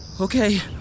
Okay